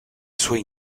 suoi